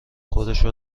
خودشو